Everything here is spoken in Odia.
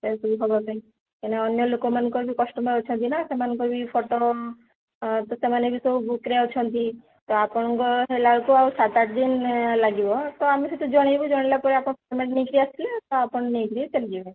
ସେରା ସବୁ ହେବା ପାଇଁ କାହିଁକିନା ଅନ୍ୟ ଲୋକମାନଙ୍କର ବି କଷ୍ଟମର୍ ଅଛନ୍ତି ନା ସେମାନଙ୍କର ବି ଫଟୋ ତ ସେମାନେ ବି ସବୁ ବୁକ୍ରେ ଅଛନ୍ତି ତ ଆପଣଙ୍କ ହେଲା ବେଳକୁ ଆଉ ସାତ ଆଠ ଦିନ ଲାଗିବ ତ ଆମେ ସେଟା ଜଣାଇବୁ ଜଣାଇଲା ପରେ ଆପଣ ପେମେଣ୍ଟ ନେଇ କରି ଆସିଲେ ତ ଆପଣ ନେଇ କରି ଚାଲିଯିବେ